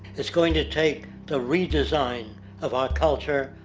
it's going to take the redesigning of our culture,